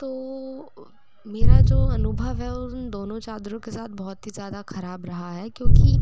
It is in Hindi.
तो मेरा जो अनुभव है उन दोनों चादरों के साथ बहुत ही ज़्यादा ख़राब रहा है क्योंकि